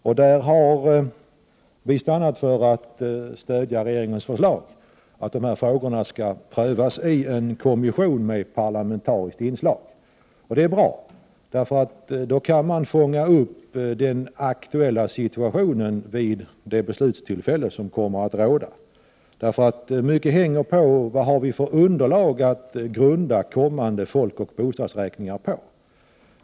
Vi har där stannat för att stödja regeringens förslag, att dessa frågor skall prövas av en kommission med parlamentariskt inslag. Detta är bra. Då kan man fånga upp situationen vid det aktuella beslutstillfället. Mycket hänger på vilket underlag vi har för kommande folkoch bostadsräkningar.